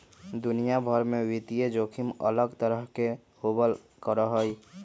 दुनिया भर में वित्तीय जोखिम अलग तरह के होबल करा हई